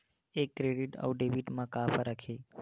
ये क्रेडिट आऊ डेबिट मा का फरक है?